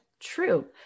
True